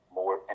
more